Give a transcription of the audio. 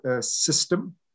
system